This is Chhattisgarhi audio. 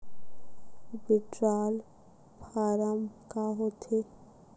विड्राल फारम का होथेय